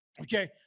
Okay